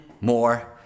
more